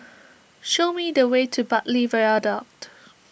show me the way to Bartley Viaduct